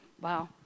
Wow